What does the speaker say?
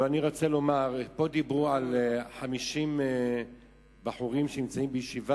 אני רוצה לומר: פה דיברו על 50 בחורים שנמצאים בישיבה,